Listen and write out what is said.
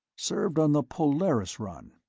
served on the polaris run.